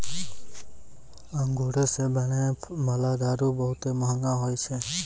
अंगूरो से बनै बाला दारू बहुते मंहगा होय छै